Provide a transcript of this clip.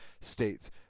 states